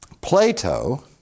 Plato